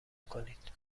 کنید